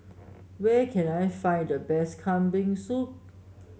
where can I find the best Kambing Soup